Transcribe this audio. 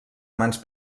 mans